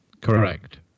correct